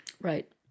Right